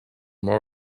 more